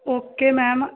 okay ma'am